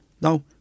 Now